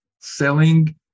selling